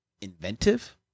inventive